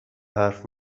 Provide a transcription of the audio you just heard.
حرف